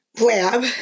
lab